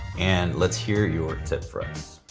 and let's hear your tip for us.